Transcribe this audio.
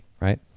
right